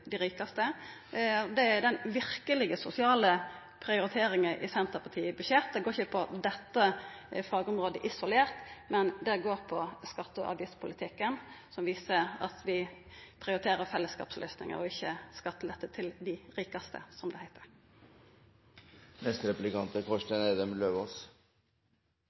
dei rikaste. Det er den verkeleg sosiale prioriteringa i Senterpartiets budsjett. Det går ikkje på dette fagområdet isolert, men på skatte- og avgiftspolitikken, som viser at vi prioriterer fellesskapsløysingar og ikkje skattelette til dei rikaste, som det heiter. Representanten var inne på private aktører. Det er